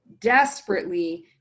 desperately